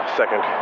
second